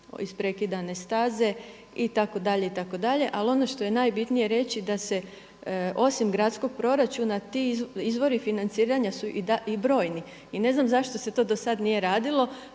isprekidane staze itd. itd. Ali ono što je najbitnije reći da se osim gradskog proračuna ti izvori financiranja su i brojni. I ne znam zašto se to do sad nije radilo,